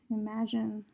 imagine